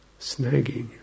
snagging